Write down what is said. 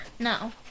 No